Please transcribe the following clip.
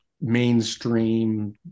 mainstream